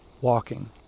walking